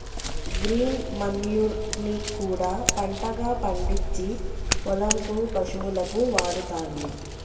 green manure ని కూడా పంటగా పండిచ్చి పొలం కు పశువులకు వాడుతాండ్లు